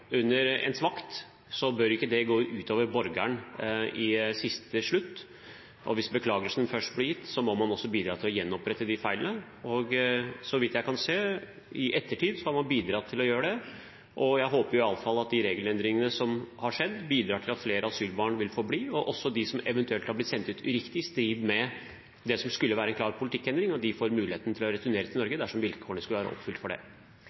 under ens vakt, bør ikke det gå ut over borgeren til slutt, og hvis beklagelsen først blir gitt, må man også bidra til å gjenopprette de feilene. Så vidt jeg kan se, har man i ettertid bidratt til å gjøre det. Jeg håper iallfall at de regelendringene som har skjedd, bidrar til at flere asylbarn vil få bli, og også at de som eventuelt har blitt sendt ut uriktig, i strid med det som skulle være en klar politikkendring, får muligheten til å returnere til Norge dersom vilkårene for det skulle være oppfylt.